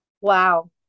wow